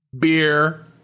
Beer